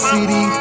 City